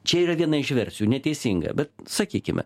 čia yra viena iš versijų neteisinga bet sakykime